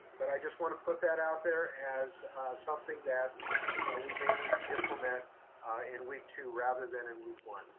but i just want to put that out there as something that we may need to implement in week two rather than in week one.